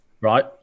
Right